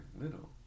little